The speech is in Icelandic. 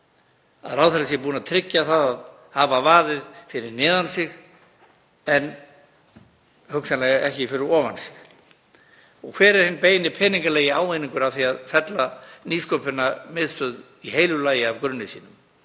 að ráðherra sé búinn að tryggja það að hafa vaðið fyrir neðan sig en hugsanlega ekki fyrir ofan sig. Hver er hinn beini peningalegir ávinningur af því að fella Nýsköpunarmiðstöð í heilu lagi af grunni sínum?